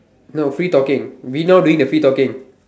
no free talking we now doing the free talking